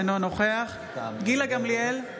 אינו נוכח גילה גמליאל,